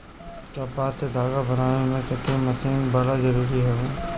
कपास से धागा बनावे में कताई मशीन बड़ा जरूरी हवे